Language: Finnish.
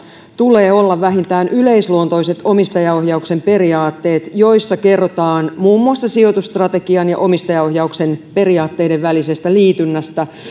tulee olla vähintään yleisluontoiset omistajaohjauksen periaatteet joissa kerrotaan muun muassa sijoitusstrategian ja omistajaohjauksen periaatteiden välisestä liitynnästä